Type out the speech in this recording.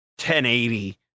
1080